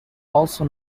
also